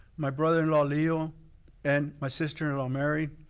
my brother-in-law leo and my sister-in-law mary.